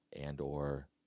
and/or